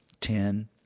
Ten